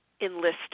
enlist